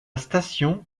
station